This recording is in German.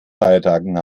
feiertagen